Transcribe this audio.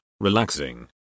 relaxing